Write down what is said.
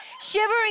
Shivering